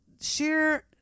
sheer